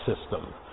system